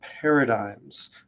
paradigms